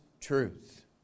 truth